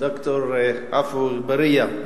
ד"ר עפו אגבאריה,